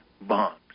bombs